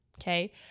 Okay